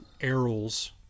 Errol's